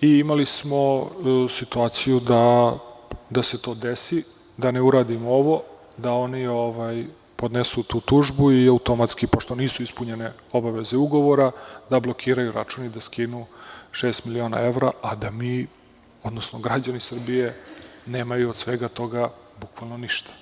i imali smo situaciju da se to desi, da ne uradimo ovo, da oni podnesu tu tužbu i automatski, pošto nisu ispunjene obaveze ugovora, da blokiraju račun i da skinu šest miliona evra a da mi, odnosno građani Srbije, nemaju od svega toga bukvalno ništa.